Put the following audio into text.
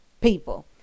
People